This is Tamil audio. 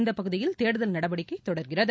இந்தப் பகுதியில் தேடுதல் நடவடிக்கை தொடர்கிறது